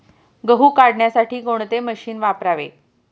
गहू काढण्यासाठी कोणते मशीन वापरावे?